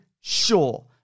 sure